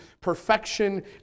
perfection